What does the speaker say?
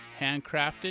handcrafted